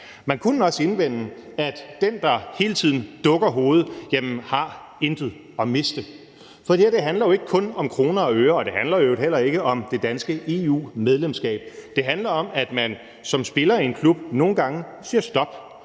Man kunne også indvende, at den, der hele tiden dukker hovedet, intet har at miste. For det her handler jo ikke kun om kroner og øre, og det handler i øvrigt heller ikke om det danske EU-medlemskab. Det handler om, at man som spiller i en klub nogle gange siger stop.